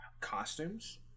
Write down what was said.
Costumes